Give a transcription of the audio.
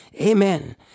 Amen